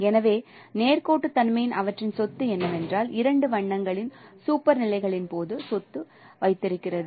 எனவே நேர்கோட்டுத்தன்மையின் அவற்றின் சொத்து என்னவென்றால் இரண்டு வண்ணங்களின் சூப்பர் நிலைகளின் போது சொத்து வைத்திருக்கிறது